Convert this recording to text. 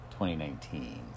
2019